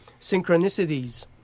synchronicities